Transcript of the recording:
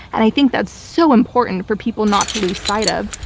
and i think that's so important for people not to lose sight of,